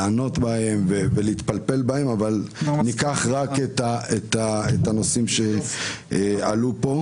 לענות בהם ולהתפלפל בהם אבל ניקח רק את הנושאים שעלו כאן.